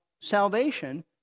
salvation